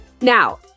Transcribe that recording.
Now